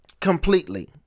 Completely